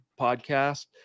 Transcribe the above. podcast